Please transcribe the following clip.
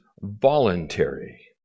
voluntary